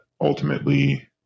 ultimately